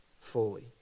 fully